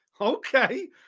okay